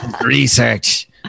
Research